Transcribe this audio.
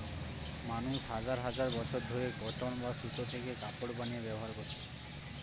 মানুষ হাজার হাজার বছর ধরে কটন বা সুতো থেকে কাপড় বানিয়ে ব্যবহার করছে